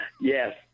Yes